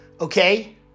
Okay